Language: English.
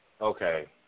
Okay